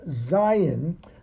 Zion